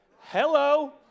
Hello